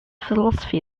philosophy